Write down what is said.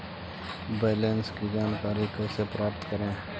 Balance की जानकारी कैसे प्राप्त करे?